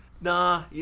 nah